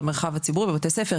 במרחב הציבורי בבתי ספר,